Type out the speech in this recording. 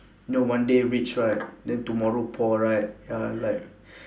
know one day rich right then tomorrow poor right ya like